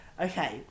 Okay